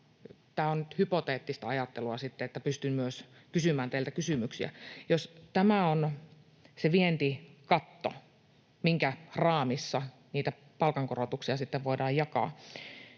Tämä on nyt hypoteettista ajattelua sitten, että pystyn myös kysymään teiltä kysymyksiä. Jos tämä on se vientikatto, minkä raamissa niitä palkankorotuksia sitten voidaan jakaa,